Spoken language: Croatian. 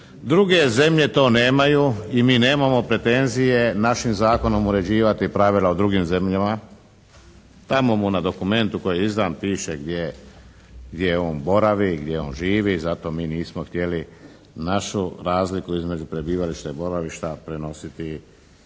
Druge zemlje to nemaju i mi nemamo pretenzije našim zakonom uređivati pravila o drugim zemljama, tamo mu na dokumentu koji je izdan piše gdje on boravi, gdje on živi, zato mi nismo htjeli našu razliku između prebivališta i boravišta prenositi